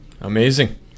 amazing